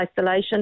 isolation